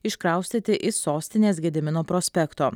iškraustyti iš sostinės gedimino prospekto